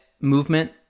movement